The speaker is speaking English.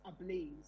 ablaze